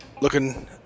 looking